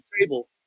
table